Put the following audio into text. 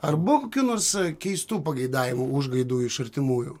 ar buvo kokių nors keistų pageidavimų užgaidų iš artimųjų